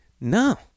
no